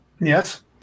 Yes